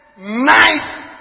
nice